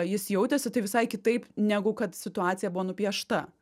jis jautėsi tai visai kitaip negu kad situacija buvo nupiešta